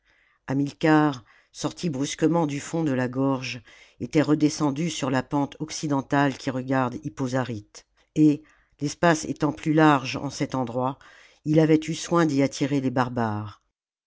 d'agonisants hamilcar sorti brusquement du fond de la gorge était redescendu sur la pente occidentale qui regarde hippo zaryte et l'espace étant plus large en cet endroit il avait eu soin d'y attirer les barbares